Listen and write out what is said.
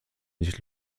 nicht